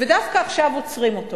ודווקא עכשיו עוצרים אותו,